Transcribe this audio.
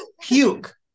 Puke